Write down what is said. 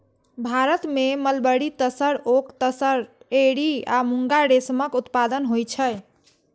भारत मे mulberry, tasar, oak tasar, eri आ मूंगा रेशमक उत्पादन होइ छै